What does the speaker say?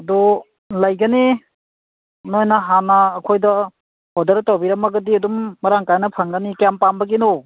ꯑꯗꯣ ꯂꯩꯒꯅꯤ ꯅꯈꯣꯏꯅ ꯍꯥꯟꯅ ꯑꯩꯈꯣꯏꯗ ꯑꯣꯗꯔ ꯇꯧꯕꯤꯔꯝꯃꯒꯗꯤ ꯑꯗꯨꯝ ꯃꯔꯥꯡ ꯀꯥꯏꯅ ꯐꯪꯒꯅꯤ ꯀꯌꯥꯝ ꯄꯥꯝꯕꯒꯤꯅꯣ